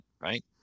right